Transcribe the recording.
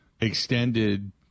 extended